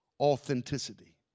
authenticity